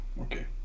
okay